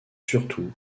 surtout